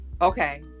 Okay